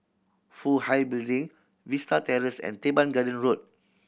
Fook Hai Building Vista Terrace and Teban Garden Road